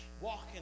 walking